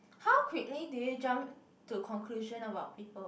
how quickly do you jump to conclusion about people